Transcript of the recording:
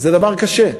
זה דבר קשה.